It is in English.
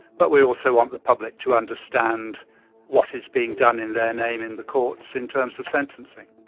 but we also want the public to understand what is being done in their name in the courts in terms of sentencing.